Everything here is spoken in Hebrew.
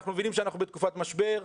אנחנו מבינים שאנחנו בתקופת משבר,